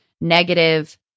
negative